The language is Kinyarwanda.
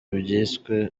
byiswe